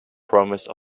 promise